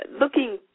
looking